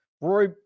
Roy